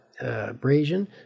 abrasion